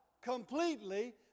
completely